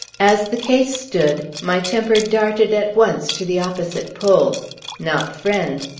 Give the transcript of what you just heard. as the case stood, my temper darted at once to the opposite pole not friend,